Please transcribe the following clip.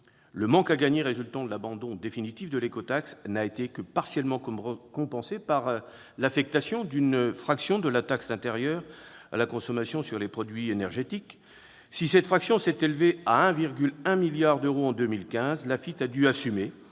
Le manque à gagner résultant de l'abandon définitif de l'écotaxe n'a été que partiellement compensé par l'affectation d'une fraction de la taxe intérieure de consommation sur les produits énergétiques, la TICPE. Si cette fraction s'est élevée à 1,1 milliard d'euros en 2015, l'AFITF a dû assumer